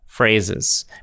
Phrases